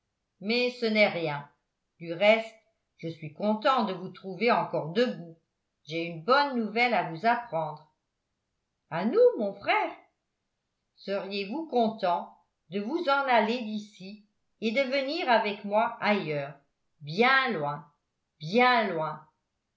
mais ce n'est rien du reste je suis content de vous trouver encore debout j'ai une bonne nouvelle à vous apprendre à nous mon frère seriez-vous contents de vous en aller d'ici et de venir avec moi ailleurs bien loin bien loin